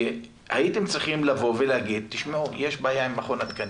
הייתם צריכים לבוא ולהגיד שיש בעיה עם מכון התקנים,